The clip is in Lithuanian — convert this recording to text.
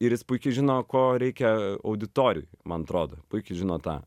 ir jis puikiai žino ko reikia auditorijai man atrodo puikiai žino tą